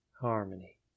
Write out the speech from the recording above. harmony